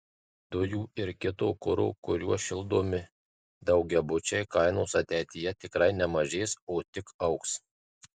dujų ir kito kuro kuriuo šildomi daugiabučiai kainos ateityje tikrai nemažės o tik augs